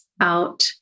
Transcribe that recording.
out